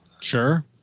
sure